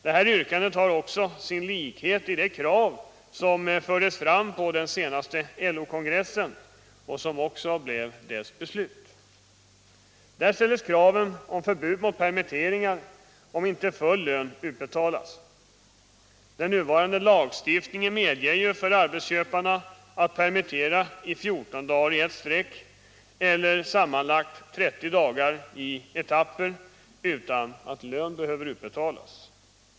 Detta yrkande har sin like i det krav som fördes fram på den senaste LO-kongressen och som också blev dess beslut. Där ställdes krav om förbud mot permitteringar om inte full lön utbetalas. Den nuvarande lagstiftningen medger för arbetsköparna att permittera i 14 dagar i ett sträck eller i sammanlagt 30 dagar i etapper utan att lön behöver utbetalas.